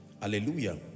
hallelujah